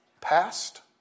Past